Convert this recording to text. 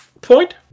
point